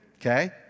Okay